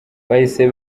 bahise